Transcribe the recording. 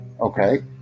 Okay